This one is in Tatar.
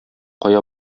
кая